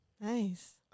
Nice